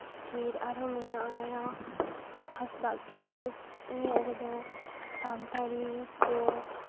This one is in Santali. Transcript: ᱯᱷᱤᱨ ᱟᱨᱦᱚᱸ ᱢᱮᱱᱟᱭᱟ ᱦᱟᱸᱥᱫᱟ ᱠᱞᱟᱥᱮᱥ ᱩᱱᱤᱭᱟᱜ ᱨᱮᱫᱚ ᱥᱟᱱᱛᱟᱲᱤ ᱛᱮ